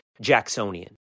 Jacksonian